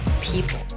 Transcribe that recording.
people